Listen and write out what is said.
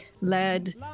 led